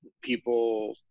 people